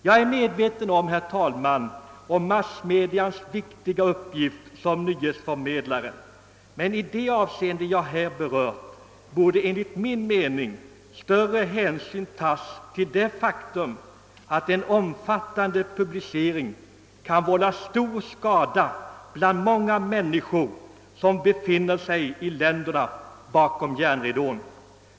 Jag är medveten, herr talman, om massmedias viktiga uppgift som nyhetsförmedlare, men i det här avseendet borde enligt min mening större hänsyn tas till det faktum, att en omfattande publicering kan vålla stor skada för många människor som befinner sig i länderna bakom järnridån.